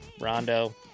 Rondo